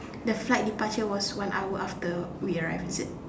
the flight departure was one hour after we arrived is it